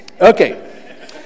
okay